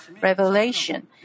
Revelation